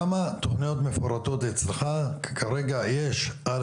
כמה תוכניות מפורטות אצלך כרגע יש על